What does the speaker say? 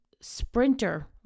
sprinter